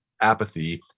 apathy